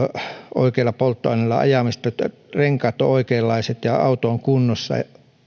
oikealla polttoaineella ajamista ja sitä että renkaat ovat oikeanlaiset ja auto on kunnossa